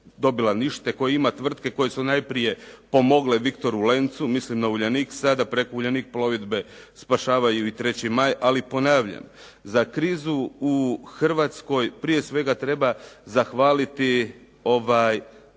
dobila ništa, koja ima tvrtke koje su najprije pomogle "Viktoru Lencu", mislim na "Uljanik" sada, preko "Uljanik" plovidbe spašavaju i "3. maj". Ali ponavljam, za krizu u Hrvatskoj prije svega treba zahvaliti pa